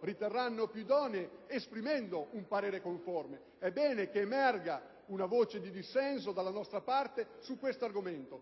riterranno più idonee, per esprimere un parere conseguente. È bene che emerga una voce di dissenso nella nostra parte su questo argomento,